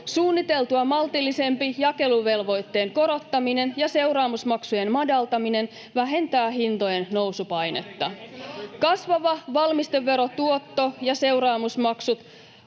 Suunniteltua maltillisempi jakeluvelvoitteen korottaminen ja seuraamusmaksujen madaltaminen vähentävät hintojen nousupainetta. [Sebastian Tynkkynen: Tähän ei keskusta